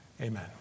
Amen